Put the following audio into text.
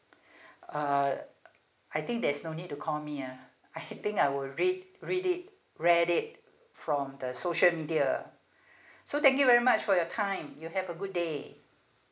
uh I think there's no need to call me ah I think I would read read it read it from the social media so thank you very much for your time you have a good day